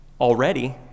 Already